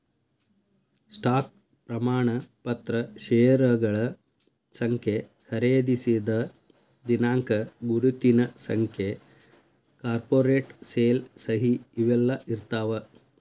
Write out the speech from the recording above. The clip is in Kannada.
ಸ್ಟಾಕ್ ಪ್ರಮಾಣ ಪತ್ರ ಷೇರಗಳ ಸಂಖ್ಯೆ ಖರೇದಿಸಿದ ದಿನಾಂಕ ಗುರುತಿನ ಸಂಖ್ಯೆ ಕಾರ್ಪೊರೇಟ್ ಸೇಲ್ ಸಹಿ ಇವೆಲ್ಲಾ ಇರ್ತಾವ